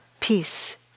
peace